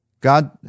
God